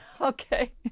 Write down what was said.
Okay